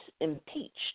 impeached